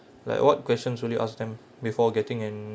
like what question will you ask them before getting an